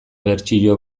bertsio